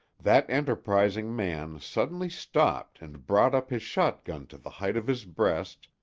that enterprising man suddenly stopped and brought up his shotgun to the height of his breast,